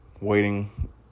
waiting